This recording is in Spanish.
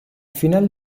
final